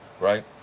right